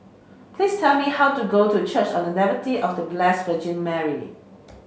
please tell me how to get to Church on The Nativity of The Blessed Virgin Mary